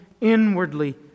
inwardly